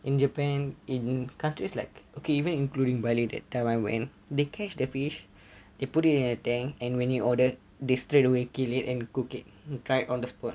in japan in countries like okay even including bali that time I went they catch the fish they put it in a tank and when you order they straight away kill it and cook it right on the spot